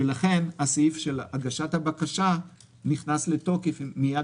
לכן הסעיף של הגשת הבקשה נכנס לתוקף מיד